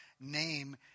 name